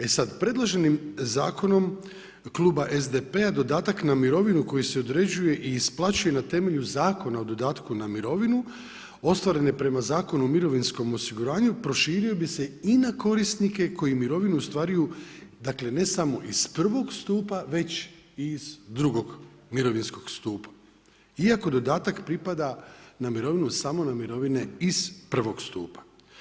E sada, predloženim zakonom Kluba SDP-a dodatak na mirovinu koji se određuje i isplaćuje na temelju Zakona o dodatku na mirovinu ostvarene prema Zakonu o mirovinskom osiguranju proširio bi se i na korisnike koji mirovinu ostvaruju ne samo iz prvog stupa, već i iz drugog mirovinskog stupa iako dodatak pripada na mirovinu samo na mirovine iz prvog stupa.